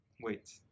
Wait